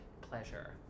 pleasure